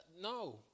No